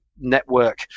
network